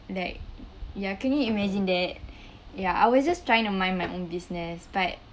like ya can you imagine that ya I was just trying to mind my own business but